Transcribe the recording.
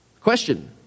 Question